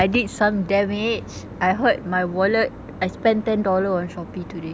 I did some damage I hurt my wallet I spent ten dollar on shopee today